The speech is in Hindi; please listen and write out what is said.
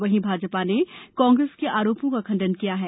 वहीं भाजपा ने कांग्रेस के आरोपो का खंडन किया है